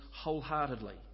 wholeheartedly